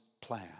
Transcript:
plan